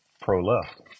pro-left